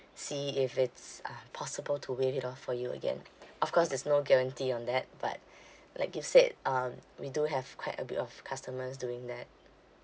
see if it's uh possible to waive it off for you again of course there's no guarantee on that but like you said um we do have quite a bit of customers doing that